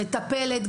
מטפלת,